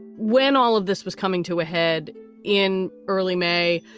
when all of this was coming to a head in early may.